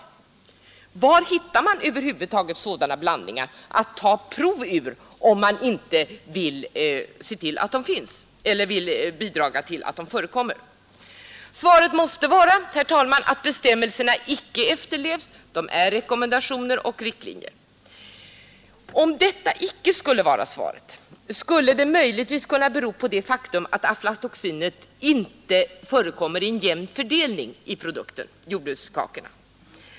Var hittar man sådana blandningar att ta prov ur, om man inte vill bidra till att de förekommer? Svaret måste vara att bestämmelserna inte efterlevs. De är rekommendationer och riktlinjer. Om detta icke skulle vara svaret, kunde förklaringen möjligtvis vara det faktum att aflatoxinet inte förekommer i jämn fördelning i jordnötskakorna.